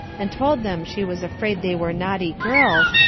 and told them she was afraid they were naughty girls,